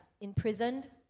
imprisoned